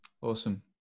Awesome